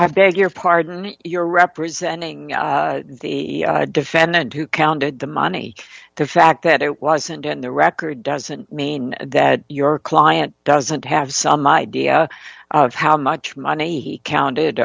have beg your pardon you're representing the defendant who counted the money the fact that it wasn't in the record doesn't mean that your client doesn't have some idea of how much money he counted